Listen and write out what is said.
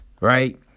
right